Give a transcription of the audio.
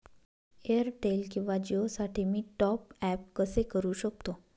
Airtel किंवा जिओसाठी मी टॉप ॲप कसे करु शकतो?